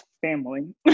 family